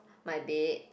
my bed